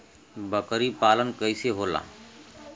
बकरी पालन कैसे होला?